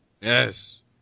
Yes